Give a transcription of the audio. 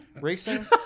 racing